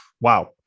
wow